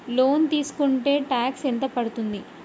Loan తీస్కుంటే tax ఎంత పడ్తుంది?